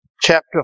chapter